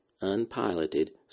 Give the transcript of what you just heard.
unpiloted